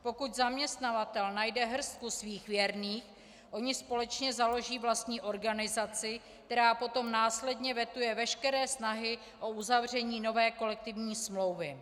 Pokud zaměstnavatel najde hrstku svých věrných, oni společně založí vlastní organizaci, která potom následně vetuje veškeré snahy o uzavření nové kolektivní smlouvy.